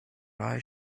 eyes